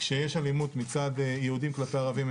כשיש אלימות מצד יהודים כלפי ערבים,